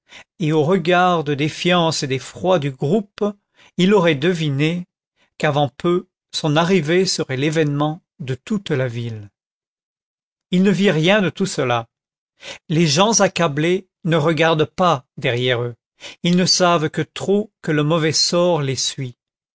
et aux regards de défiance et d'effroi du groupe il aurait deviné qu'avant peu son arrivée serait l'événement de toute la ville il ne vit rien de tout cela les gens accablés ne regardent pas derrière eux ils ne savent que trop que le mauvais sort les suit